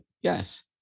yes